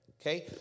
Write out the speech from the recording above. Okay